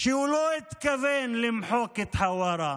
שהוא לא התכוון למחוק את חווארה,